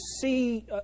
see